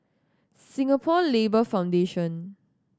Singapore Labour Foundation